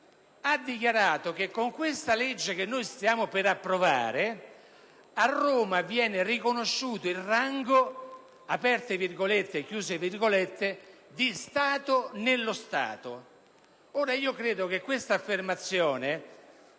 ha dichiarato che con il disegno di legge che stiamo per approvare a Roma viene riconosciuto il rango di Stato nello Stato.